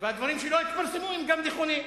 והדברים שלא התפרסמו גם הם נכונים.